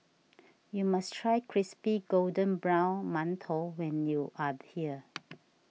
you must try Crispy Golden Brown Mantou when you are here